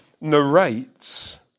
narrates